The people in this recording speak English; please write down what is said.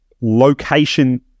location